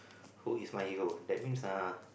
who is my hero that means !huh!